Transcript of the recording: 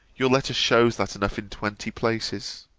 your letter shews that enough in twenty places.